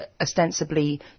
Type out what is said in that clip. ostensibly